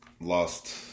Lost